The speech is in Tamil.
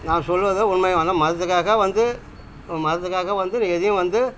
நான் சொல்வது உண்மை ஆனால் மதத்துக்காக வந்து மதத்துக்காக வந்து எதையும் வந்து